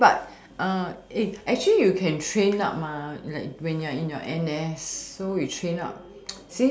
but uh actually you can train up nah you like when you are in your N_S so you train up